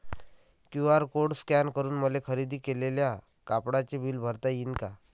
QR code scan करून मले खरेदी केलेल्या कापडाचे बिल भरता यीन का?